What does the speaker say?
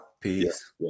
peace